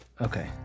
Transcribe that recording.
okay